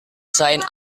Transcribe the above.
selain